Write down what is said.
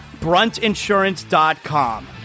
BruntInsurance.com